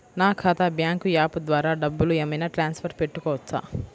నా ఖాతా bank app ద్వారా డబ్బులు ఏమైనా ట్రాన్స్ఫర్ పెట్టుకోవచ్చా?